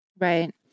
Right